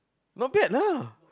not bad lah